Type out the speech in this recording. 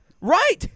Right